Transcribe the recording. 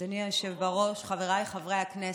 אדוני היושב-ראש, חבריי חברי הכנסת,